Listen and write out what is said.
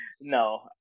No